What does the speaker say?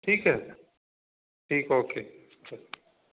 ठीक है ठीक ओके चलो